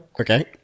Okay